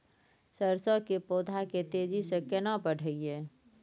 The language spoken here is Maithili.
सरसो के पौधा के तेजी से केना बढईये?